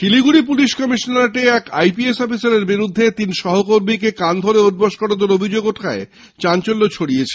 Siliguri police কমিশনারেটে এক IPS অফিসারের বিরুদ্ধে তিন সহকর্মীকে কান ধরে ওঠবোস করানোর অভিযোগ ওঠায় চাঞ্চল্য ছড়িয়েছে